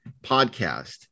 podcast